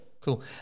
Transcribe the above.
Cool